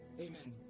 Amen